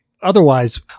Otherwise